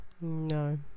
no